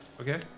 Okay